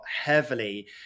heavily